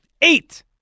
Eight